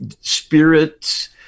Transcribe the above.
spirits